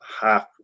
half